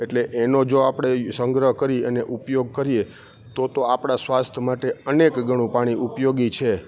એટલે એનો જો આપણે સંગ્રહ કરી અને ઉપયોગ કરીએ તોતો આપણા સ્વાસ્થ્ય માટે અનેક ગણું પાણી ઉપયોગી છે